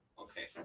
okay